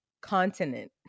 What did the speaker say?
continent